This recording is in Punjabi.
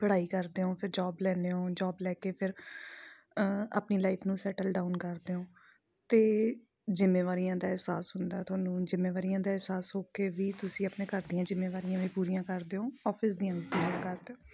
ਪੜ੍ਹਾਈ ਕਰਦੇ ਹੋ ਫਿਰ ਜੋਬ ਲੈਂਦੇ ਹੋ ਜੋਬ ਲੈ ਕੇ ਫਿਰ ਆਪਣੀ ਲਾਈਫ ਨੂੰ ਸੈਟਲ ਡਾਊਨ ਕਰਦੇ ਹੋ ਅਤੇ ਜ਼ਿੰਮੇਵਾਰੀਆਂ ਦਾ ਅਹਿਸਾਸ ਹੁੰਦਾ ਤੁਹਾਨੂੰ ਜ਼ਿੰਮੇਵਾਰੀਆਂ ਦਾ ਅਹਿਸਾਸ ਹੋ ਕੇ ਵੀ ਤੁਸੀਂ ਆਪਣੇ ਘਰ ਦੀਆਂ ਜ਼ਿੰਮੇਵਾਰੀਆਂ ਵੀ ਪੂਰੀਆਂ ਕਰਦੇ ਹੋ ਔਫਿਸ ਦੀਆਂ ਵੀ ਕਰਦੇ